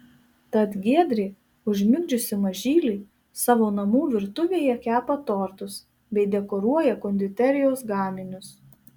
tad giedrė užmigdžiusi mažylį savo namų virtuvėje kepa tortus bei dekoruoja konditerijos gaminius